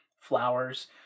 flowers